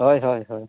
ᱦᱳᱭ ᱦᱳᱭ ᱦᱳᱭ